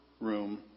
room